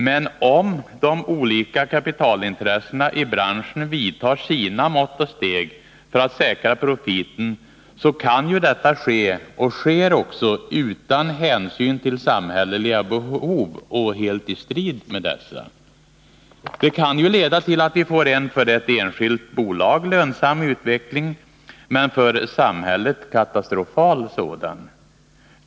Men om de olika kapitalintressena i branschen vidtar sina mått och steg för att säkra profiten, kan ju detta ske och sker utan hänsyn till samhälleliga behov och helt i strid med dessa. Det kan ju leda till att vi får en för ett enskilt bolag lönsam utveckling, men en för samhället katastrofal sådan.